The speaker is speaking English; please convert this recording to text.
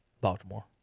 Baltimore